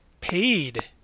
Paid